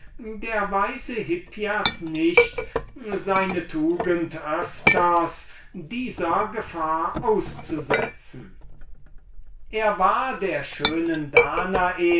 der weise hippias nicht seine tugend öfters dieser gefahr auszusetzen er war der schönen danae